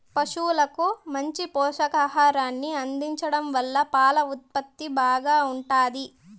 పసువులకు మంచి పోషకాహారాన్ని అందించడం వల్ల పాల ఉత్పత్తి బాగా ఉంటాది